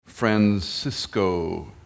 Francisco